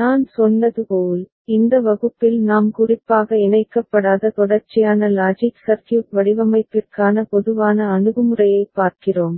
நான் சொன்னது போல் இந்த வகுப்பில் நாம் குறிப்பாக இணைக்கப்படாத தொடர்ச்சியான லாஜிக் சர்க்யூட் வடிவமைப்பிற்கான பொதுவான அணுகுமுறையைப் பார்க்கிறோம்